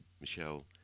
Michelle